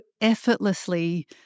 effortlessly